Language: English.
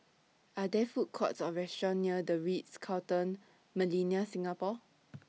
Are There Food Courts Or restaurants near The Ritz Carlton Millenia Singapore